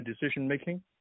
decision-making